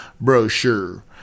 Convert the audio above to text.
brochure